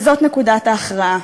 וזאת נקודת ההכרעה.